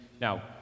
Now